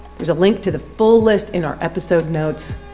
there's a link to the full list in our episode notes,